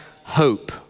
hope